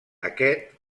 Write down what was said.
aquest